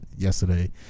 Yesterday